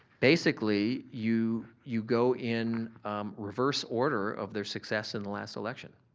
basically you you go in reverse order of their success in the last election.